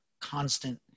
constant